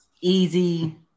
Easy